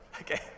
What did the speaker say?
Okay